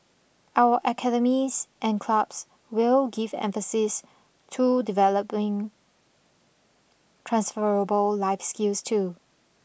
our academies and clubs will give emphases to developing transferable life skills too